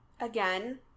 Again